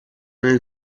nel